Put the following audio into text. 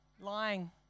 Lying